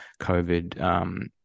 covid